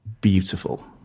beautiful